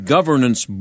Governance